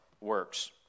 works